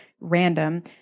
random